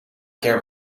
keer